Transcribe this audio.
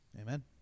amen